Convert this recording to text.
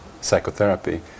psychotherapy